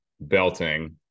belting